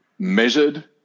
measured